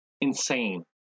insane